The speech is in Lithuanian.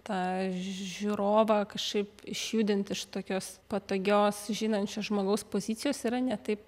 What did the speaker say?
tą žiūrovą kažkaip išjudint iš tokios patogios žinančio žmogaus pozicijos yra ne taip